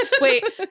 Wait